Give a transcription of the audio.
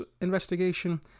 investigation